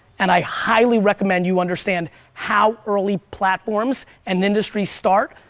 and i highly recommend you understand how early platforms and industries start.